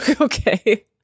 Okay